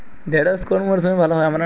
ঢেঁড়শ কোন মরশুমে ভালো হয়?